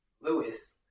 Lewis